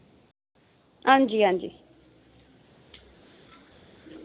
हांजी हांजी